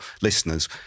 listeners